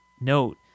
note